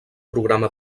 programa